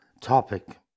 topic